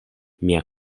mia